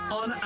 on